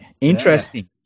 interesting